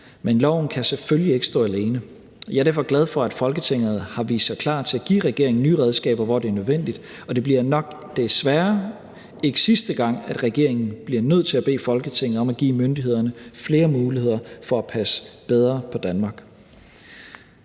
Men loven kan selvfølgelig ikke stå alene. Jeg er derfor glad for, at Folketinget har vist sig klar til at give regeringen nye redskaber, hvor det er nødvendigt, og det bliver desværre nok ikke sidste gang, at regeringen bliver nødt til at bede Folketinget om at give myndighederne flere muligheder for at passe bedre på Danmark.